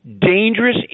dangerous